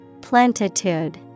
Plentitude